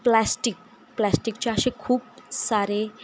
plastic प्लॅस्टिकचे असे खूप सारे